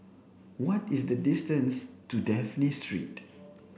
what is the distance to Dafne Street